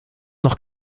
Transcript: noch